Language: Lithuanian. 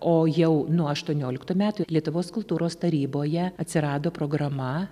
o jau nuo aštuonioliktų metų lietuvos kultūros taryboje atsirado programa